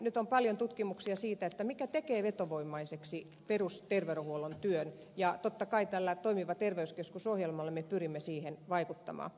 nyt on paljon tutkimuksia siitä mikä tekee vetovoimaiseksi perusterveydenhuollon työn ja totta kai tällä toimiva terveyskeskus ohjelmalla me pyrimme siihen vaikuttamaan